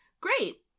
Great